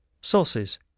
Sources